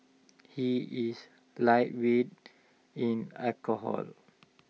he is lightweight in alcohol